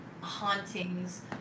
hauntings